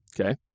okay